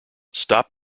stop